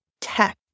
tech